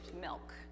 milk